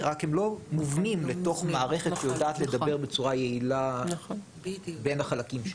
אבל הם לא מובנים אל תוך מערכת שיודעת לדבר בצורה יעילה בין החלקים שלה.